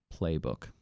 playbook